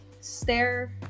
stare